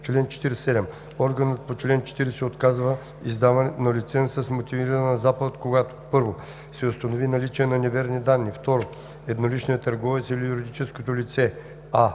„Чл. 47. Органът по чл. 40 отказва издаването на лиценз с мотивирана заповед, когато: 1. се установи наличие на неверни данни; 2. едноличният търговец или юридическото лице: а)